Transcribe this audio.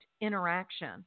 interaction